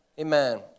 Amen